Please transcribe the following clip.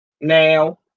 Now